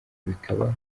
bikaba